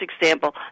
example